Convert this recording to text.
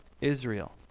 Israel